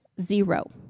zero